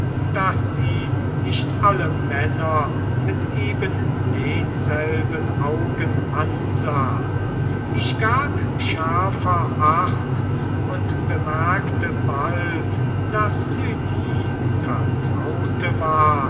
daß sie nicht alle männer mit ebendenselben augen ansah ich gab schärfer acht und bemerkte bald daß lydie vertraute war